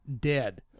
dead